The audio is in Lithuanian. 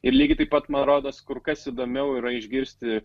ir lygiai taip pat man rodos kur kas įdomiau yra išgirsti